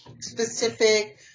specific